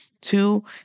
Two